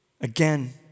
Again